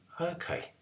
Okay